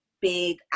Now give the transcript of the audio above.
big